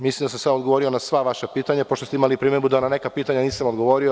Mislim da sam odgovorio na sva vaša pitanja, pošto ste imali primedbu da na neka pitanja nisam odgovorio.